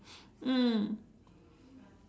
mm